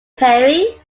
perry